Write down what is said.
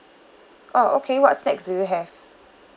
oh okay what snacks do you have